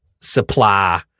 supply